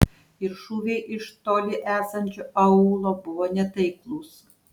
ir šūviai iš toli esančio aūlo buvo netaiklūs